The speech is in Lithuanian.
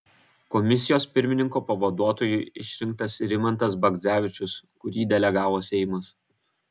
komisijos pirmininko pavaduotoju išrinktas rimantas bagdzevičius kurį delegavo seimas